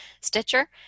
Stitcher